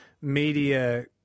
media